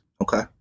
Okay